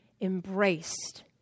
embraced